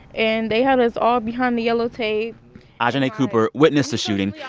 and they had us all behind the yellow tape ajahnay cooper witnessed the shooting.